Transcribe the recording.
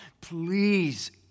Please